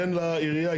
תן לעירייה,